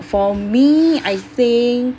for me I think